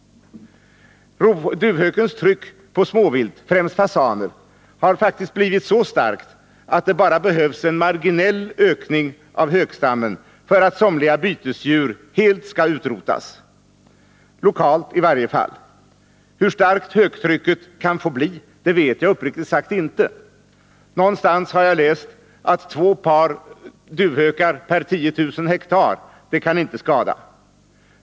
Duvhökens tryck på småvilt, främst fasaner, har faktiskt blivit så starkt, att det bara behövs en marginell ökning av hökstammen för att somliga bytesdjur helt skall utrotas, i varje fall lokalt. Hur starkt höktrycket kan få bli vet jag uppriktigt sagt inte. Någonstans har jag läst att två par duvhökar per 10 000 hektar inte kan skada.